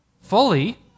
fully